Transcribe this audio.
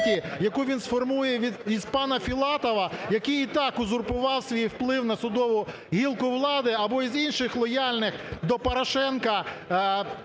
яку він сформує від… із пана Філатова, який і так узурпував свій вплив на судову гілку влади, або із інших лояльних до Порошенка